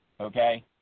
okay